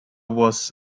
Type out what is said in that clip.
was